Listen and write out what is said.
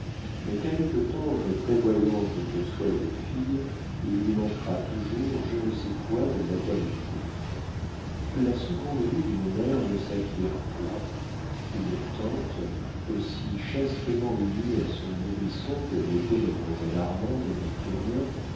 mais quelque tendre et prévoyante que soit une fille il lui manquera toujours je ne sais quoi de la maternité la seconde vue d'une mère ne s'acquiert point une tante aussi chastement unie à son nourrisson que l'était mademoiselle armande à victurnien